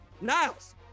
Niles